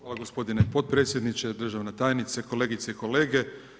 Hvala gospodine potpredsjedniče, državna tajnice, kolegice i kolege.